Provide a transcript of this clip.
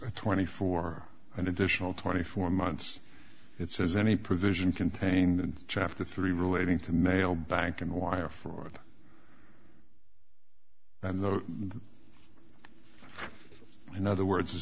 impose twenty for an additional twenty four months it says any provision contained chapter three relating to mail bank and wire fraud and those in other words